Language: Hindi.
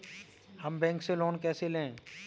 हम बैंक से लोन कैसे लें?